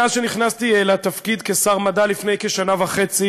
מאז נכנסתי לתפקיד שר המדע לפני כשנה וחצי